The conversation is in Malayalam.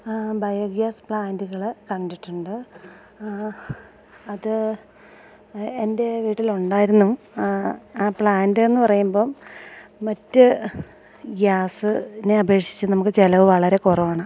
ബയോഗ്യാസ് പ്ലാൻറ്റ്കൾ കണ്ടിട്ടുണ്ട് അത് എൻ്റെ വീട്ടിൽ ഉണ്ടായിരുന്നു ആ പ്ലാൻറ്റ്ന്ന് പറയുമ്പോൾ മറ്റ് ഗ്യാസ്നെ അപേക്ഷിച്ച് നമുക്ക് ചിലവ് വളരെ കുറവാണ്